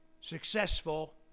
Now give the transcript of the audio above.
successful